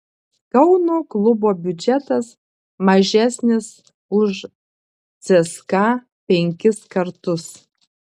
kauno klubo biudžetas mažesnis už cska penkis kartus